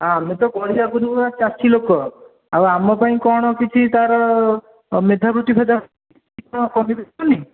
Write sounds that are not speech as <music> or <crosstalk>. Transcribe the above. ହଁ ଆମେ ତ ଗରିବ ଗୁରୁବା ଚାଷି ଲୋକ ଆଉ ଆମ ପାଇଁ କ'ଣ କିଛି ତା'ର ମେଧାବୃତ୍ତି ଫେଦାବୃତ୍ତି <unintelligible> କ'ଣ କମିବନି